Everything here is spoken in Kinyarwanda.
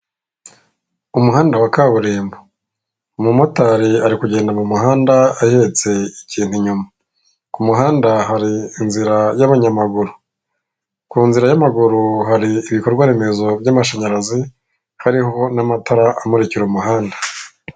Umuhanda wa kaburimbo, umumotari ari kugenda mu muhanda ahetse ikintu inyuma, ku muhanda hari inzira y'abanyamaguru, ku nzira y'amaguru hari ibikorwaremezo by'amashanyarazi hariho n'amatara amurikira umuhanda.